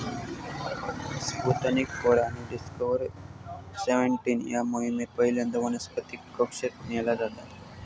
Sputnik four आणि Discover seventeen या मोहिमेत पहिल्यांदा वनस्पतीक कक्षेत नेला जाता